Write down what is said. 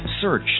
search